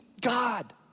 God